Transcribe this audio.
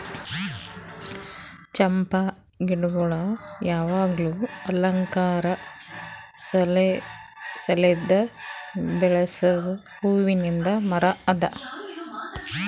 ಚಂಪಾ ಗಿಡಗೊಳ್ ಯಾವಾಗ್ಲೂ ಅಲಂಕಾರ ಸಲೆಂದ್ ಬೆಳಸ್ ಹೂವಿಂದ್ ಮರ ಅದಾ